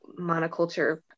monoculture